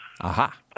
Aha